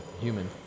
human